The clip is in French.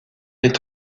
est